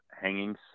hanging